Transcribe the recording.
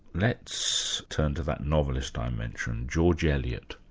let's turn to that novelist i mentioned, george eliot.